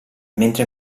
mentre